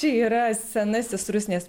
čia yra senasis rusnės